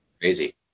crazy